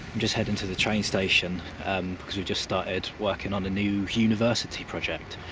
just heading to the train station. um, cause we've just started working on a new university project.